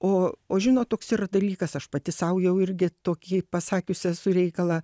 o o žinot koks yra dalykas aš pati sau jau irgi tokį pasakius esu reikalą